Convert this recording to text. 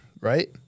Right